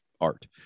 art